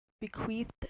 bequeath